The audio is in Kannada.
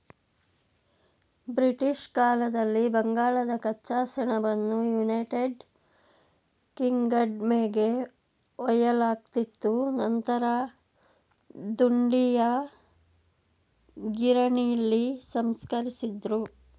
ಬ್ರಿಟಿಷ್ ಕಾಲದಲ್ಲಿ ಬಂಗಾಳದ ಕಚ್ಚಾ ಸೆಣಬನ್ನು ಯುನೈಟೆಡ್ ಕಿಂಗ್ಡಮ್ಗೆ ಒಯ್ಯಲಾಗ್ತಿತ್ತು ನಂತರ ದುಂಡೀಯ ಗಿರಣಿಲಿ ಸಂಸ್ಕರಿಸಿದ್ರು